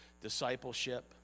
discipleship